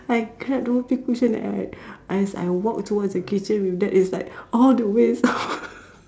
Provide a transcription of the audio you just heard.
I grab the Whoopee cushion and I as I walk towards the kitchen with that it's like all the way sound